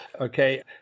Okay